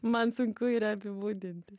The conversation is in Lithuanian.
man sunku yra apibūdinti